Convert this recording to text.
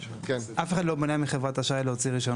אף אחד לא מונע מחברת אשראי להוציא רישיון